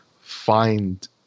find